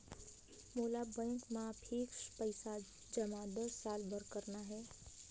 मोला बैंक मा फिक्स्ड पइसा जमा दस साल बार करना हे?